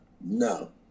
no